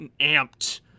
amped